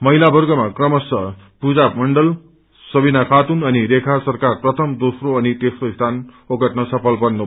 महिला वर्गमा क्रमशः पूजा मण्डल सवीना खातून अनि रेखा सरकार प्रथम दोस्रो अनि तेस्रो स्थान ओगटन सफल बने